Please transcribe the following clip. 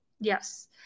Yes